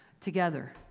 together